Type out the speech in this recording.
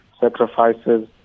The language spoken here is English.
sacrifices